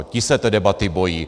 Ti se té debaty bojí.